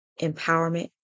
empowerment